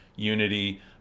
unity